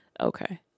okay